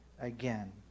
again